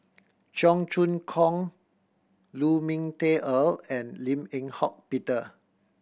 Cheong Choong Kong Lu Ming Teh Earl and Lim Eng Hock Peter